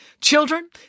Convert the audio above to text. Children